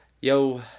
Yo